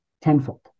tenfold